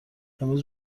امروز